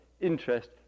interest